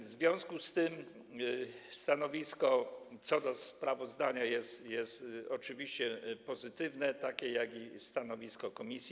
W związku z tym stanowisko wobec sprawozdania jest oczywiście pozytywne, takie jak stanowisko komisji.